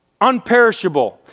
unperishable